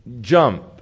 jump